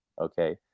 Okay